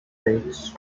plates